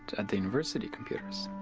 at the university computers.